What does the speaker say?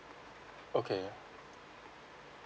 okay